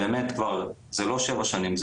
זה לא שבע שנים,